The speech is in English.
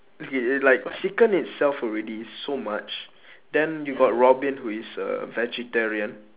okay like chicken itself already is so much then you got robin who is a vegetarian